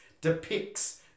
depicts